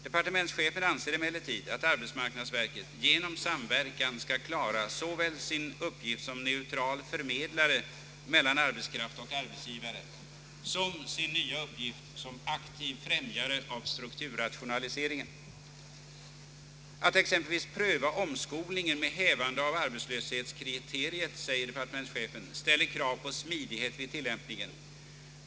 Departementschefen anser emellertid att arbetsmarknadsverket genom samverkan skall klara såväl sin uppgift som neutral förmedlare mellan arbetskraft och arbetsgivare som sin nya uppgift som aktiv främjare av strukturrationaliseringen. »Att exempelvis pröva omskolning med hävande av arbetslöshetskriteriet ställer krav på smidighet vid tillämpningen.